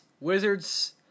Wizards